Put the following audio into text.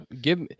give